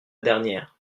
dernière